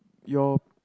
your